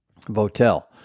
Votel